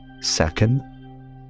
second